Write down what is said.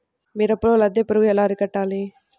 మిరపలో లద్దె పురుగు ఎలా అరికట్టాలి?